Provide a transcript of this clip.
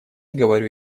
говорю